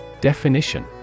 Definition